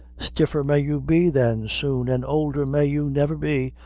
stiffer may you be, then, soon, an' oulder may you never be,